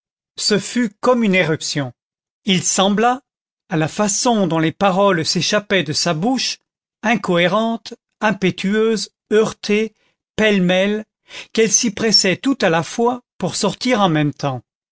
ce fut comme une éruption il sembla à la façon dont les paroles s'échappaient de sa bouche incohérentes impétueuses heurtées pêle-mêle qu'elles s'y pressaient toutes à la fois pour sortir en même temps